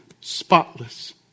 spotless